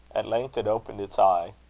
at length it opened its eye.